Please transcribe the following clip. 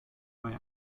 bei